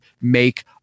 make